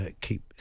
keep